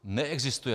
Neexistuje